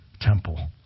temple